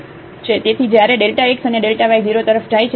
તેથી જયારે Δx અને Δy 0 તરફ જાય છે